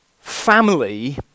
family